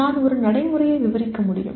நான் ஒரு நடைமுறையை விவரிக்க முடியும்